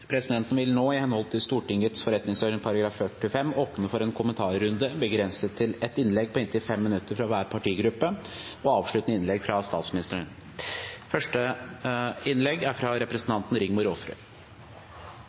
Presidenten vil nå, i henhold til Stortingets forretningsorden § 45, åpne for en kommentarrunde, begrenset til et innlegg på inntil 5 minutter fra hver partigruppe og et avsluttende innlegg fra statsministeren.